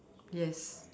yes